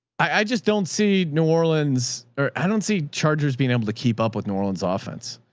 i just don't see new orleans or i don't see chargers being able to keep up with new orleans ah offense.